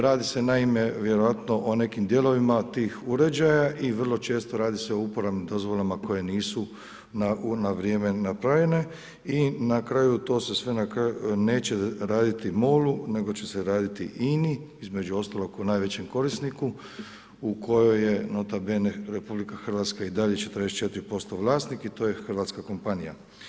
Radi se naime, vjerojatno o nekim dijelovima tih uređaja i vrlo često radi se o uporabnim dozvolama koje nisu na vrijeme napravljene, i na kraju to se sve neće raditi MOL-u nego će se raditi Ini između ostaloga kao najvećem korisniku u kojoj je nota bene Republika Hrvatske i dalje 44% vlasnik i to je hrvatska kompanija.